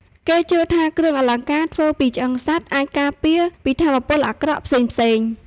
គេជឿថាគ្រឿងអលង្ការធ្វើពីឆ្អឹងសត្វអាចការពារពីថាមពលអាក្រក់ផ្សេងៗ។